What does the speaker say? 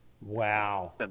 Wow